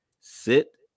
sit